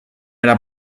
era